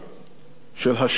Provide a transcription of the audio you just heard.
של השירות הקשה,